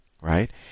right